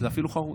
זה אפילו חרוז.